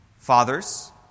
Fathers